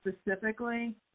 specifically